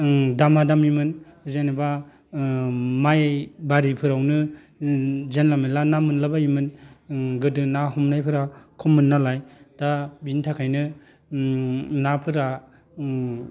ओं दामा दामिमोन जेनोबा ओ माइ बारिफोरावनो जानला मोनला ना मोनला बायोमोन ओं गोदो ना हमनायफोरा खममोननालाय दा बिनि थाखायनो उम नाफोरा उम